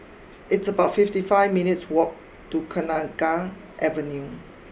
it's about fifty five minutes' walk to Kenanga Avenue